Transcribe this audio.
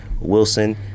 Wilson